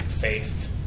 faith